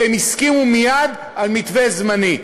והם הסכימו מייד על מתווה זמני.